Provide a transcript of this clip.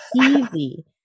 easy